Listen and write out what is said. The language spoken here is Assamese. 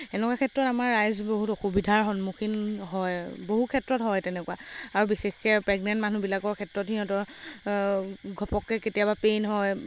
সেনেকুৱা ক্ষেত্ৰত আমাৰ ৰাইজ বহুত অসুবিধাৰ সন্মুখীন হয় বহু ক্ষেত্ৰত হয় তেনেকুৱা আৰু বিশেষকে প্ৰেগনেণ্ট মানুহবিলাকৰ ক্ষেত্ৰত সিহঁতৰ ঘপকে কেতিয়াবা পেইন হয়